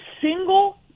single